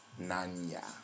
Nanya